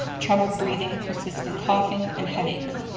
trouble breathing, persistent coughing and headaches.